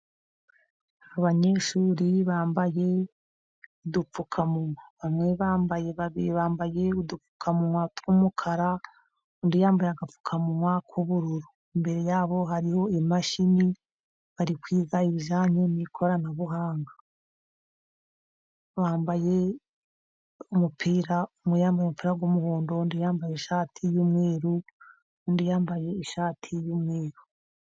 Abanyeshuri bambaye udupfukamunwa, bamwe bambaye, babiri bambaye udupfukamunwa tw'umukara, undi yambaye agapfukamunwa k'ubururu. Imbere yabo hariho imashini bari kwiga ibijyanye n'ikoranabuhanga, umwe yambaye umupira w'umuhondo, undi yambaye ishati y'umweru, undi yambaye ishati y'umweru.